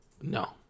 No